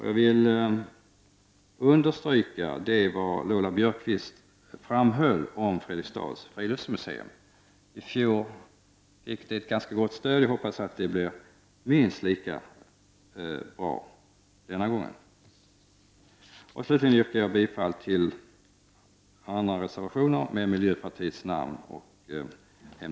Jag vill understryka vad Lola Björkquist framhöll om Fredriksdals friluftsmuseum. Det fick ett ganska gott stöd i fjol, och jag hoppas att stödet blir minst lika bra denna gång. Slutligen yrkar jag bifall också till de övriga reservationer som miljöpartiet står bakom.